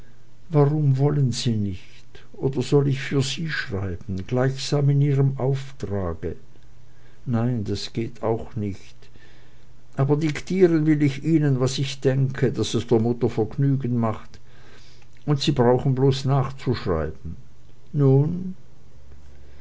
warum wollen sie nicht oder soll ich für sie schreiben gleichsam in ihrem auftrage nein das geht auch nicht aber diktieren will ich ihnen was ich denke daß es der mutter vergnügen macht und sie brauchen bloß nachzuschreiben nun